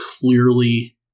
clearly